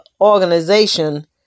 organization